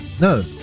No